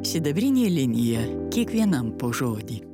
sidabrinė linija kiekvienam po žodį